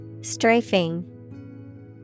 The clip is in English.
Strafing